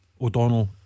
O'Donnell